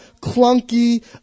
clunky